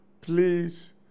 please